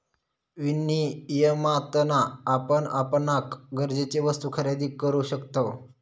विनियमातना आपण आपणाक गरजेचे वस्तु खरेदी करु शकतव